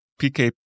PK